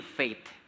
faith